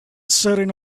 sitting